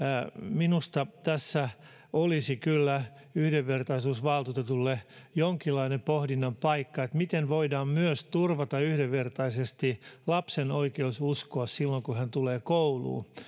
minusta tässä olisi kyllä yhdenvertaisuusvaltuutetulle jonkinlainen pohdinnan paikka miten voidaan myös turvata yhdenvertaisesti lapsen oikeus uskoa silloin kun hän tulee kouluun